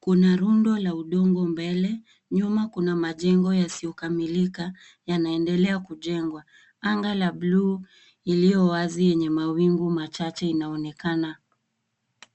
Kuna rundo la udongo mbele, nyuma kun majengo yasiyokamilika yanaendelea kujengwa. Anga la buluu iliyo wazi yenye mawingu machache inaonekana.